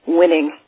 winning